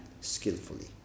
skillfully